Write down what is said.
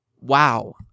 Wow